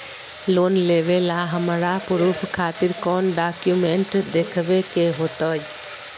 Loan लेबे ला हमरा प्रूफ खातिर कौन डॉक्यूमेंट देखबे के होतई?